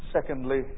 secondly